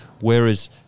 Whereas